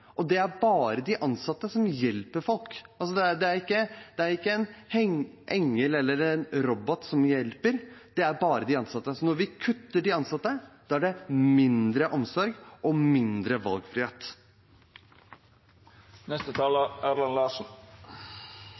Det er bare de ansatte som hjelper folk. Det er ikke en engel eller en robot som hjelper, det er bare de ansatte. Så når de kutter i ansatte, er det mindre omsorg og mindre valgfrihet.